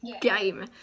game